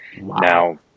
Now